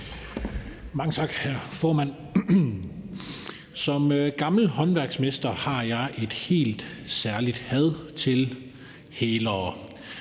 Mange tak, hr. formand. Som gammel håndværksmester har jeg et helt særligt had til hælere.